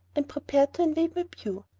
and prepared to invade my pew.